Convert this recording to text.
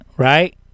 Right